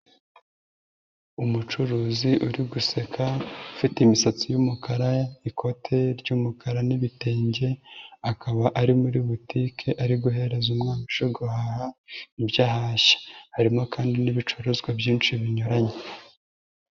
Umucuruzi uri guseka, ufite imisatsi y'umukara ikote ry'umukara n'ibitenge, akaba ari muri butike, ari guhereza umwana uje guhaha ibyo ahashye. Harimo kandi n'ibicuruzwa byinshi binyuranye.